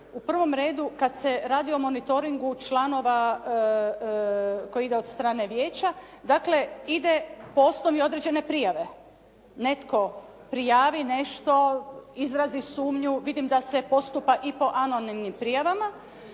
u prvom redu kada se radi o monitoringu članova koji ide od strane vijeća, dakle ide poslovi određene prijave. Netko prijavi nešto izrazi sumnju, vidim da se postupa i po anonimnim prijavama,